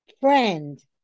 friend